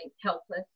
helpless